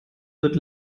wird